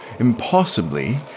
impossibly